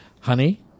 Honey